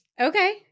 Okay